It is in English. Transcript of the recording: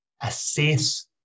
assess